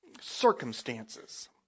circumstances